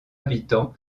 habitants